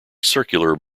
circular